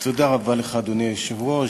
אדוני היושב-ראש,